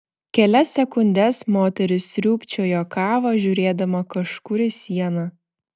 kelias sekundes moteris sriūbčiojo kavą žiūrėdama kažkur į sieną